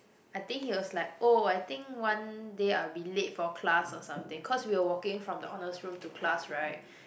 I think he was like oh I think one day I'll be late for class or something cause we were walking from the honors room to class right